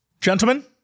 Gentlemen